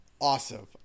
awesome